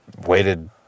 waited